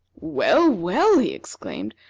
well, well! he exclaimed,